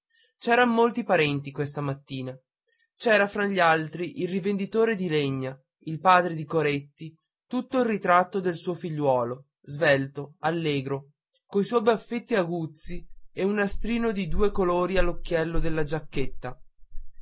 c'eran molti parenti questa mattina c'era fra gli altri il rivenditore di legna il padre di coretti tutto il ritratto del suo figliuolo svelto allegro coi suoi baffetti aguzzi e un nastrino di due colori all'occhiello della giacchetta